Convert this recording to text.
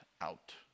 out